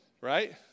Right